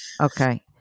Okay